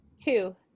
Two